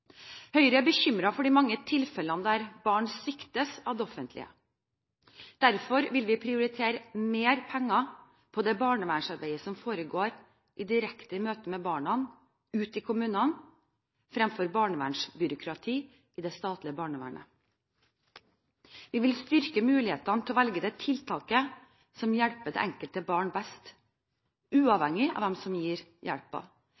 Høyre er bekymret for de mange tilfellene der barn sviktes av det offentlige. Derfor vil vi prioritere mer penger på det barnevernsarbeidet som foregår i direkte møte med barna ute i kommunene, fremfor barnevernsbyråkrati i det statlige barnevernet. Vi vil styrke mulighetene til å velge det tiltaket som hjelper det enkelte barn best,